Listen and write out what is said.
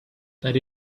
that